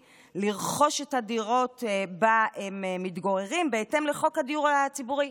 לרכוש את הדירות שבהן הם מתגוררים בהתאם לחוק הדיור הציבורי.